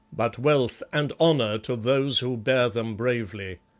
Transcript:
but wealth and honour to those who bear them bravely.